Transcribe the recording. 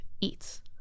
eats